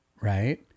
Right